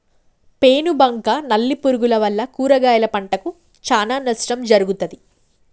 పేను బంక నల్లి పురుగుల వల్ల కూరగాయల పంటకు చానా నష్టం జరుగుతది